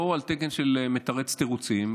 לא על תקן של מתרץ תירוצים,